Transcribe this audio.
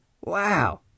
Wow